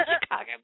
Chicago